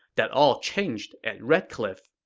that all changed at red cliff.